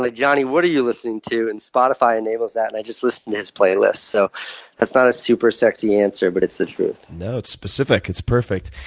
jonny, what are you listening to? and spotify enables that, and i just listen to his playlists. so that's not a super-sexy answer, but it's the truth. no, it's specific. it's perfect.